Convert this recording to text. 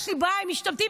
יש לי בעיה עם משתמטים.